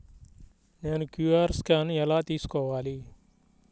నేను QR scan ఎలా తీసుకోవాలి?